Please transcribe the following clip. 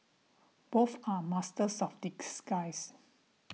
both are masters of disguise